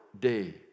day